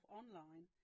online